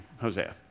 Hosea